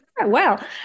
Wow